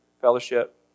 fellowship